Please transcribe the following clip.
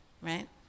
right